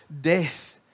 death